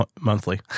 monthly